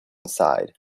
side